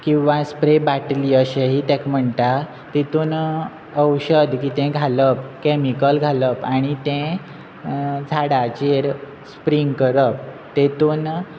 किंवां स्प्रे बाटली अशें ताका म्हणटा तितून औशद कितें घालप कॅमिकल घालप आनी ते झाडाचेर स्प्रिंग करप तेतून